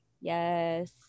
yes